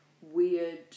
weird